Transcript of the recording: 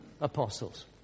apostles